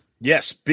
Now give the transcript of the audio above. Yes